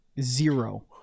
Zero